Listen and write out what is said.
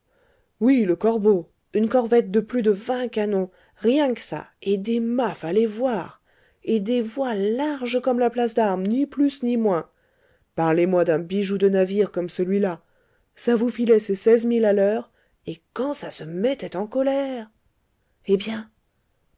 oui le corbeau une corvette de plus de vingt canons rien que ça et des mâts fallait voir et des voiles larges comme la place d'armes ni plus ni moins parlez-moi d'un bijou de navire comme celui-là ça vous filait ses seize milles à l'heure et quand ça se mettait en colère eh bien